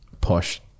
posh